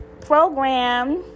program